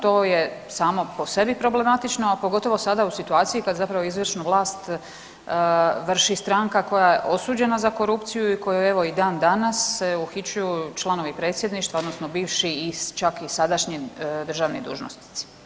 To je samo po sebi problematično, a pogotovo sada u situaciji kada zapravo izvršnu vlast vrši stranka koja je osuđena za korupciju i kojoj evo i dan danas se uhićuju članovi Predsjedništva odnosno bivši čak i sadašnji državni dužnosnici.